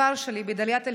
בכפר שלי, בדאלית אל-כרמל,